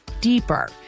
deeper